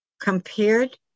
compared